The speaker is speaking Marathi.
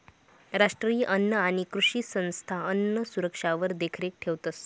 राष्ट्रीय अन्न आणि कृषी संस्था अन्नसुरक्षावर देखरेख ठेवतंस